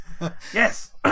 yes